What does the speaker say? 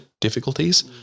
difficulties